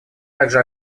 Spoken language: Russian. также